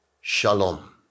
Shalom